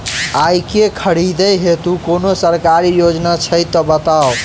आइ केँ खरीदै हेतु कोनो सरकारी योजना छै तऽ बताउ?